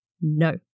No